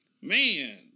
man